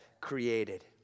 created